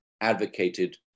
advocated